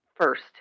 first